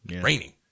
Raining